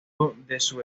objetivo